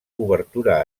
cobertura